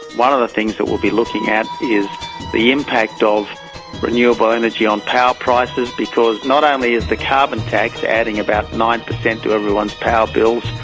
one of the things that we will be looking at is the impact of renewable energy on power prices, because not only is the carbon tax adding about nine percent to everyone's power bills,